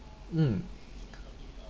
mm